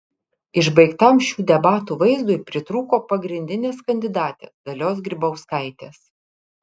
išbaigtam šių debatų vaizdui pritrūko pagrindinės kandidatės dalios grybauskaitės